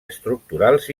estructurals